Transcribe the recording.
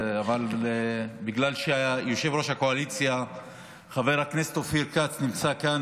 אבל בגלל שיושב-ראש הקואליציה חבר הכנסת אופיר כץ נמצא כאן,